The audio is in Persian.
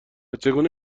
چگونه